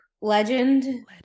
legend